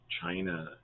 China